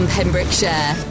Pembrokeshire